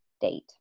date